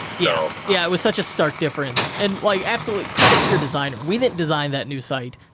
yeah yeah, it was such a stark difference. and, like, absolutely, credit to your designer. we didn't design that new site.